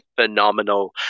phenomenal